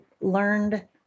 learned